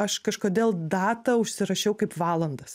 aš kažkodėl datą užsirašiau kaip valandas